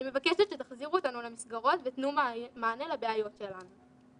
אני מבקשת שתחזירו אותנו למסגרות ותנו מענה לבעיות שלנו.